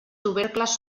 tubercles